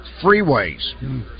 freeways